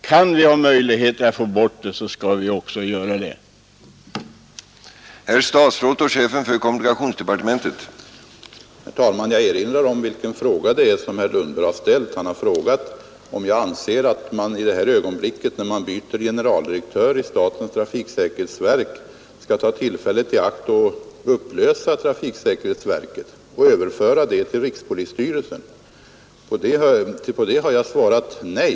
Har vi möjligheter att få bort det skall vi också använda oss av dessa möjligheter.